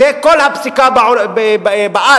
זו כל הפסיקה בארץ,